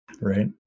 Right